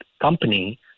company